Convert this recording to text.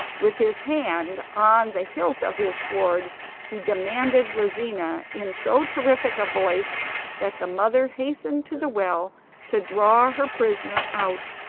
with his hand on the hilt of his sword he demanded lizina in so terrific a voice that the mother hastened to the well to draw her prisoner out.